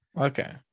okay